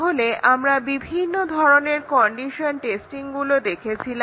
তাহলে আমরা বিভিন্ন ধরনের কন্ডিশন টেস্টিংগুলো দেখেছিলাম